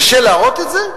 קשה להראות את זה?